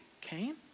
Cain